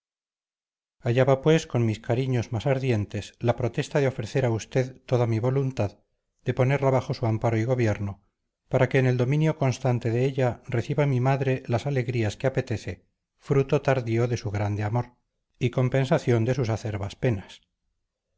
allá va pues con mis cariños más ardientes la protesta de ofrecer a usted toda mi voluntad de ponerla bajo su amparo y gobierno para que en el dominio constante de ella reciba mi madre las alegrías que apetece fruto tardío de su grande amor y compensación de sus acerbas penas